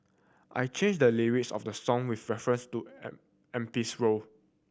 I changed the lyrics of the song with reference to M M P's role